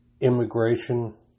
immigration